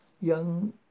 young